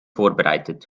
vorbereitet